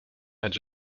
edge